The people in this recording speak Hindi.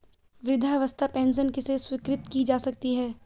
वृद्धावस्था पेंशन किसे स्वीकृत की जा सकती है?